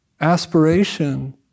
aspiration